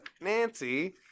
Nancy